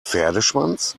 pferdeschwanz